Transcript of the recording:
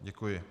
Děkuji.